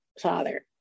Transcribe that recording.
Father